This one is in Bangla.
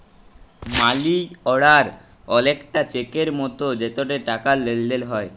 মালি অড়ার অলেকটা চ্যাকের মতো যেটতে টাকার লেলদেল হ্যয়